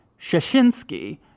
Shashinsky